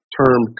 term